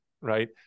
right